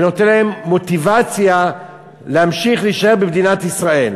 ונותן להם מוטיבציה להמשיך להישאר במדינת ישראל.